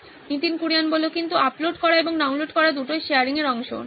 নীতিন কুরিয়ান কিন্তু আপলোড করা এবং ডাউনলোড করা দুটোই শেয়ারিং এর অংশ ঠিক